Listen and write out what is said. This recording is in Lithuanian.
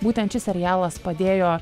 būtent šis serialas padėjo